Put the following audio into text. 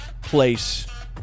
place